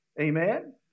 Amen